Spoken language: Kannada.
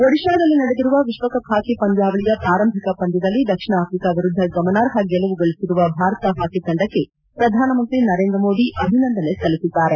ಒಡಿತಾದಲ್ಲಿ ನಡೆದಿರುವ ವಿಶ್ವಕಪ್ ಹಾಕಿ ಪಂದ್ಯಾವಳಿಯ ಪ್ರಾರಂಭಿಕ ಪಂದ್ಯದಲ್ಲಿ ದಕ್ಷಿಣ ಆಫ್ರಿಕಾ ವಿರುದ್ಧ ಗಮರ್ನಾಹ ಗೆಲುವು ಗಳಿಸಿರುವ ಭಾರತ ಹಾಕಿ ತಂಡಕ್ಕೆ ಪ್ರಧಾನಮಂತ್ರಿ ನರೇಂದ್ರಮೋದಿ ಅಭಿನಂದನೆ ಸಲ್ಲಿಸಿದ್ದಾರೆ